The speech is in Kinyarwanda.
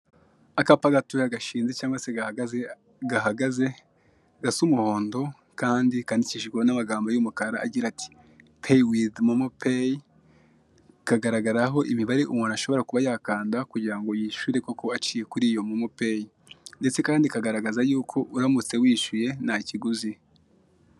Akapa gatoya gashinze cyangwa se gahagaze gahagaze gasa umuhondo kandi Handikishijweho amagambo agira ati: peyi wivu momo peyi Kagaragaraho imibare umuntu ashobora kuba yakanda kugirango yishyure koko aciye kuri momo peyi, Ndetse kandi kagaragaza yuko uramutse wishyuye nta kiguzi.